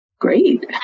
Great